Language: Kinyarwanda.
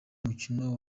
mukino